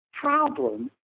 Problem